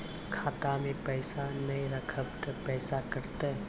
खाता मे पैसा ने रखब ते पैसों कटते?